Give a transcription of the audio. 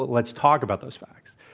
let's talk about those facts.